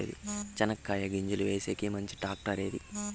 చెనక్కాయ గింజలు వేసేకి మంచి టాక్టర్ ఏది?